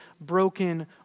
broken